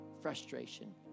frustration